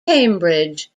cambridge